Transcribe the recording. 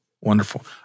Wonderful